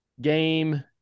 game